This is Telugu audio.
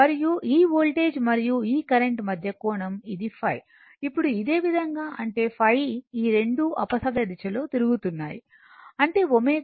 మరియు ఈ వోల్టేజ్ మరియు ఈ కరెంట్ మధ్య ఈ కోణం ఇది ϕ ఇప్పుడు ఇదే విధంగా అంటే ϕ ఈ రెండూ అపసవ్యదిశలో తిరుగుతున్నాయి అంటే ω ఇవ్వబడింది